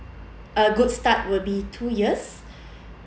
a good start would be two years